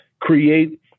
create